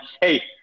Hey